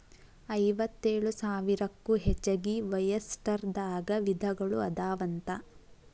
ಐವತ್ತೇಳು ಸಾವಿರಕ್ಕೂ ಹೆಚಗಿ ಒಯಸ್ಟರ್ ದಾಗ ವಿಧಗಳು ಅದಾವಂತ